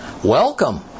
Welcome